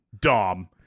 Dom